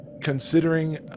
considering